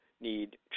need